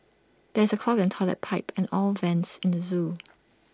there is A clog in Toilet Pipe and all vents in the Zoo